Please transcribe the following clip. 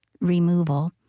removal